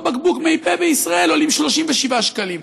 בקבוק מי-פה בישראל עולה 37 שקלים.